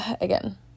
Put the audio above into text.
again